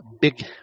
big